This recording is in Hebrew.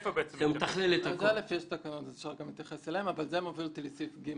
יש תקנות ואפשר להתייחס אליהן אבל זה מביא אותי לסעיף (ג)